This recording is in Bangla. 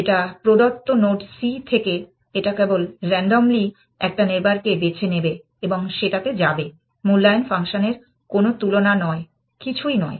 একটা প্রদত্ত নোড সি থেকে এটা কেবল রান্ডমলি একটা নেইবার কে বেছে নেবে এবং সেটাতে যাবে মূল্যায়ন ফাংশনের কোন তুলনা নয় কিছুই নয়